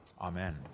Amen